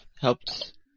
helped